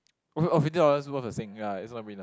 or fifty dollars worth of Sing ya it's what I mean ah